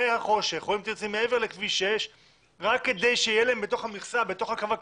אנחנו מבינים את הרצון שלו לקבל את ה-5,000 יחידות דיור.